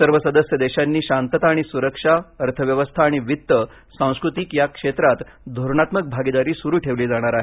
सर्व सदस्य देशांनी शांतता आणि सुरक्षा अर्थव्यवस्था आणि वित्त सांस्कृतिक या क्षेत्रात धोरणात्मक भागीदारी सुरू ठेवली जाणार आहे